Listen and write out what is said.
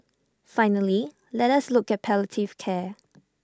finally let us look at palliative care